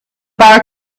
bar